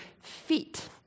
feet